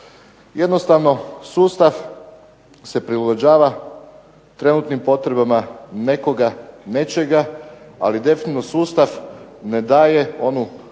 Jednostavno sustav se prilagođava trenutnim potrebama nekoga, nečega. Ali definitivno sustav ne daje onu